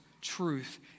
truth